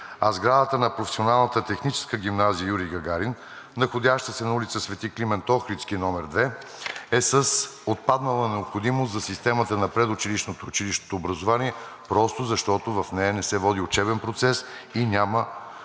а сградата на Професионалната техническа гимназия „Юрий Гагарин“, находяща се на улица „Св. Климент Охридски“ № 2, е с отпаднала необходимост за системата на предучилищното и училищното образование, защото в нея не се води учебен процес и няма